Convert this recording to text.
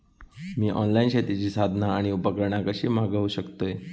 मी online शेतीची साधना आणि उपकरणा कशी मागव शकतय?